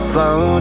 Slow